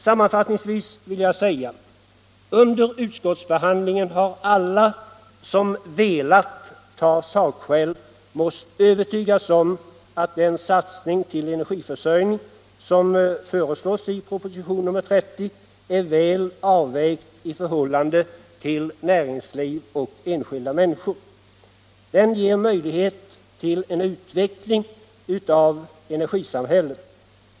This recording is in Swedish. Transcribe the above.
Sammanfattningsvis vill jag säga att under utskottsbehandlingen har alla som velat ta sakskäl måst övertygas om att den satsning till energiförsörjning som föreslås i proposition nr 30 är väl avvägd i förhållande till näringsliv och enskilda människor. Den ger möjligheter till en utveckling av energisamhället.